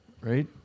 right